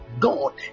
God